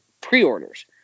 pre-orders